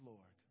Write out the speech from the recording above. Lord